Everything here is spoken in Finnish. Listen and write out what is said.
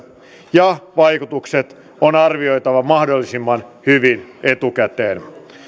ja vaikutukset on arvioitava mahdollisimman hyvin etukäteen